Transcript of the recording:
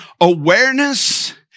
awareness